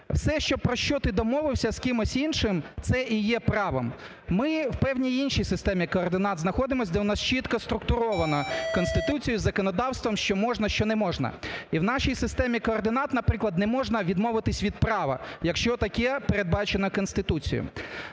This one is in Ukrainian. що, про що ти домовився з кимось іншим, це і є правом. Ми в певній іншій системі координат знаходимось, де у нас чітко структуровано Конституцію із законодавством, що можна, що не можна. І в нашій системі координат, наприклад, не можна від мовитися від права, якщо таке передбачено Конституцією.